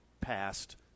passed